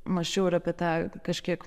mąsčiau ir apie tą kažkiek